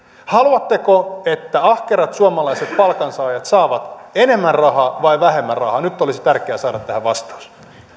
haluatteko että ahkerat suomalaiset palkansaajat saavat enemmän rahaa vai vähemmän rahaa nyt olisi tärkeää saada tähän vastaus